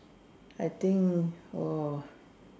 I think oh